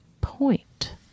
point